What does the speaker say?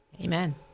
Amen